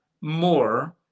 more